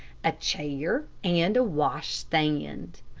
a chair and a wash-stand.